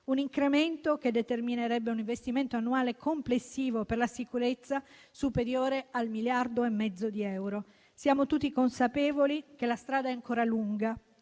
un incremento che determinerebbe un investimento annuale complessivo per la sicurezza superiore a 1,5 miliardi di euro. Siamo tutti consapevoli che la strada è ancora lunga.